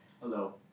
Hello